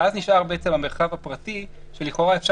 ואז נשאר בעצם המרחב הפרטי שלכאורה אפשר